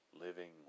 living